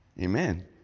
Amen